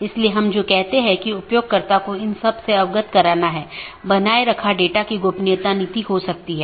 यह हर BGP कार्यान्वयन के लिए आवश्यक नहीं है कि इस प्रकार की विशेषता को पहचानें